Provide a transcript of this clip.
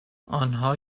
آنها